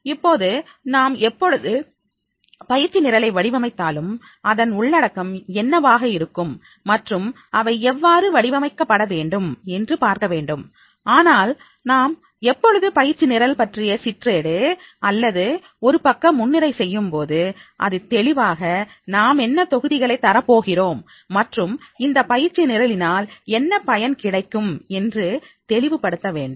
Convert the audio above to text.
இப்போது நாம் எப்பொழுது பயிற்சி நிரலை வடிவமைத்தாலும் அதன் உள்ளடக்கம் என்னவாக இருக்கும் மற்றும் அவை எவ்வாறு வடிவமைக்கப்பட வேண்டும் என்று பார்க்க வேண்டும் ஆனால் நாம் எப்பொழுது பயிற்சி நிரல் பற்றிய சிற்றேடு அல்லது ஒரு பக்க முன்னுரை செய்யும்போது அது தெளிவாக நாமென்ன தொகுதிகளை தரப்போகிறோம் மற்றும் இந்த பயிற்சி நிரலினால் என்ன பயன் கிடைக்கும் என்று தெளிவுபடுத்த வேண்டும்